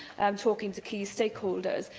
talking to key stakeholders.